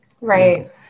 Right